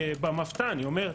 במבת"ן היא אומרת,